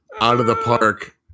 out-of-the-park